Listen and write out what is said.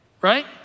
right